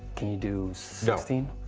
can you do sixteen?